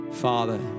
Father